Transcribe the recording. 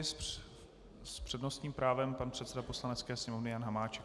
S přednostním právem pan předseda Poslanecké sněmovny Jan Hamáček.